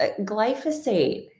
glyphosate